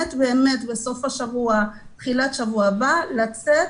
בסוף השבוע, תחילת שבוע הבא, אנחנו מקווים לצאת